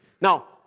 Now